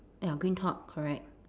ya green top correct